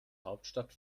hauptstadt